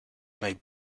may